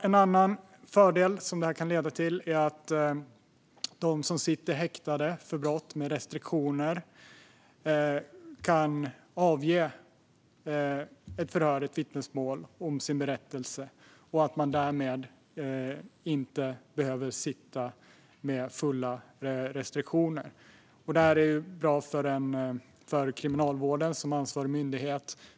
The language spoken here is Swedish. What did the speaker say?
En annan fördel det här kan leda till är att de som sitter häktade för brott med restriktioner kan avge ett vittnesmål i ett förhör om sin berättelse. Därmed behöver man inte sitta med fulla restriktioner. Det här är bra för Kriminalvården, som är ansvarig myndighet.